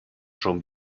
schon